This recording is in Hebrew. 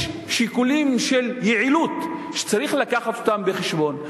יש שיקולים של יעילות שצריך להביא אותם בחשבון.